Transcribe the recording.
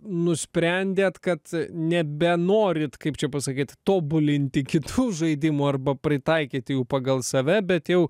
nusprendėt kad nebenorit kaip čia pasakyt tobulinti kitų žaidimų arba pritaikyti jau pagal save bet jau